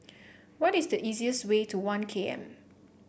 what is the easiest way to One K M